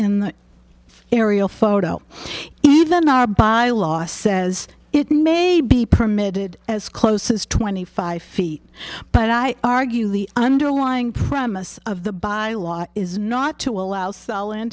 in the aerial photo even our by laws says it may be permitted as close as twenty five feet but i argue the underlying premises of the by law is not to allow cell